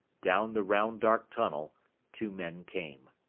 down the round dark tunnel two men came.